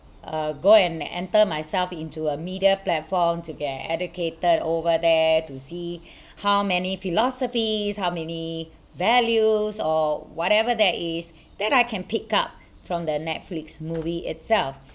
uh go and enter myself into a media platform to get educated over there to see how many philosophies how many values or whatever there is that I can pick up from the Netflix movie itself